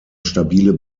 stabile